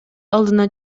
алдына